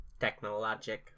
Technologic